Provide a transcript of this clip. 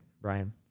Brian